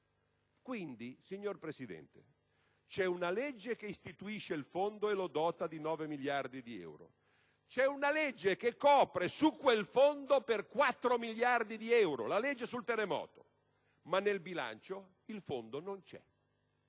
Quindi, signor Presidente, c'è una legge che istituisce quel Fondo e lo dota di 9 miliardi di euro, c'è una legge che copre su quel Fondo per 4 miliardi di euro il provvedimento sul terremoto, ma nel bilancio il Fondo non c'è